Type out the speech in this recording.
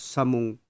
Samung